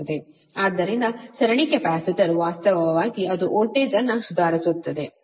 ಆದ್ದರಿಂದ ಸರಣಿ ಕೆಪಾಸಿಟರ್ ವಾಸ್ತವವಾಗಿ ಅದು ವೋಲ್ಟೇಜ್ ಅನ್ನು ಸುಧಾರಿಸುತ್ತದೆ